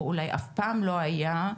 או אולי אף פעם לא היה,